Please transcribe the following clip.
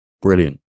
brilliant